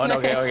and okay, okay.